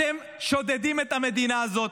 אתם שודדים את המדינה הזאת.